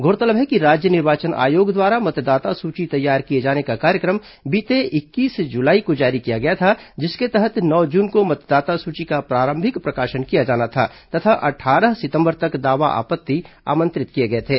गौरतलब है कि राज्य निर्वाचन आयोग द्वारा मतदाता सुची तैयार किए जाने का कार्यक्रम बीते इक्कीस जुलाई को जारी किया गया था जिसके तहत नौ जून को मतदाता सूची का प्रारंभिक प्रकाशन किया जाना था तथा अट्ठारह सितंबर तक दावा आपत्ति आमंत्रित किए गए थे